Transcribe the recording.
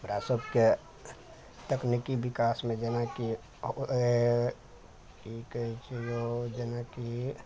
हमरा सबके तकनीकी विकासमे जेनाकि की कहय छै यौ जेनाकि